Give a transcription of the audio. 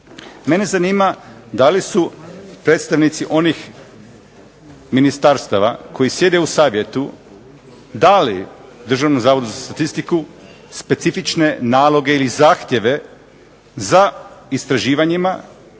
Mene zanima da li su predstavnici onih ministarstava koji sjede u savjetu dali Državnom zavodu za statistiku specifične naloge ili zahtjeve za istraživanje